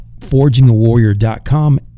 forgingawarrior.com